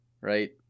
right